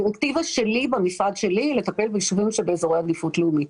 הדירקטיבה שלי במשרד שלי היא לטפל ביישובים שבאזורי עדיפות לאומית.